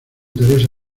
teresa